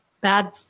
bad